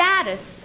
status